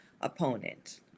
opponent